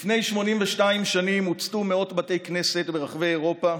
לפני 82 שנים הוצתו מאות בתי כנסת ברחבי אירופה